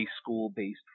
school-based